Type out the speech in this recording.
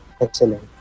excellent